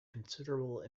considerable